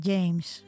James